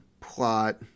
plot